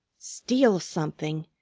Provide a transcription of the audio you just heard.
steal something!